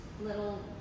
little